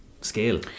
scale